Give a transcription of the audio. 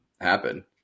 happen